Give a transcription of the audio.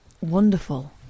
Wonderful